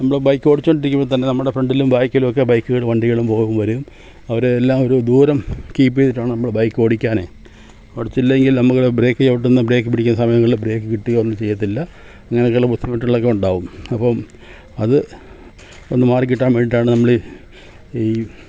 നമ്മള് ബൈക്കോടിച്ചുകൊണ്ടിരിക്കുമ്പോള്ത്തന്നെ നമ്മുടെ ഫ്രണ്ടിലും ബാക്കിലുമൊക്കെ ബൈക്കുകള് വണ്ടികളും പോകും വരും അവര് എല്ലാം ഒരു ദൂരം കീപ്പ് ചെയ്തിട്ടാണ് നമ്മള് ബൈക്ക് ഓടിക്കാന് ഓടിച്ചില്ലങ്കിൽ നമ്മള് ബ്രേക്ക് ചവിട്ടുമ്പോൾ ബ്രേക്ക് പിടിക്കുന്ന സമയങ്ങളില് ബ്രേക്ക് കിട്ടുകയൊന്നും ചെയ്യത്തില്ല അങ്ങനെ ചില ബുദ്ധിമുട്ടുകളൊക്കെ ഉണ്ടാവും അപ്പോള് അത് ഒന്ന് മാറിക്കിട്ടാൻ വേണ്ടിയിട്ടാണ് നമ്മള് ഈ